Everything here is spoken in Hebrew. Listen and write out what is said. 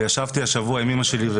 ישבתי השבוע עם אימא שלי,